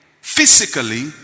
physically